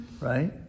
Right